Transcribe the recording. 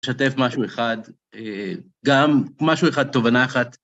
לשתף משהו אחד, גם משהו אחד, תובנה אחת.